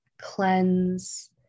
cleanse